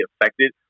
affected